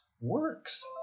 works